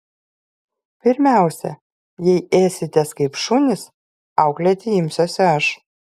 pirmiausia jei ėsitės kaip šunys auklėti imsiuosi aš